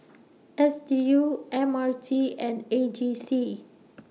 S D U M R T and A G C